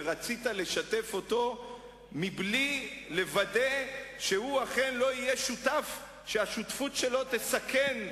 ורצית לשתף אותו מבלי לוודא שהוא אכן לא יהיה שותף שהשותפות שלו "תסכן",